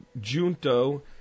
Junto